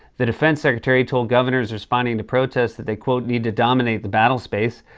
the defense secretary told governors responding to protests that they, quote, need to dominate the battle space.